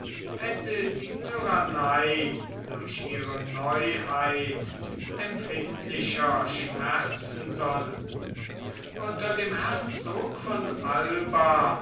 hätte die tyrannei durch ihre neuheit empfindlicher schmerzen sollen unter dem herzog von alba